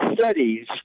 studies